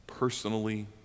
personally